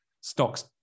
Stocks